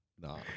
No